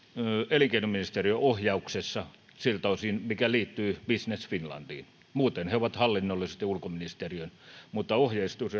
elinkeinoministeriön ohjauksessa siltä osin mikä liittyy business finlandiin muuten he ovat hallinnollisesti ulkoministeriön alaisia mutta ohjeistus